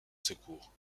secours